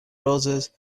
roses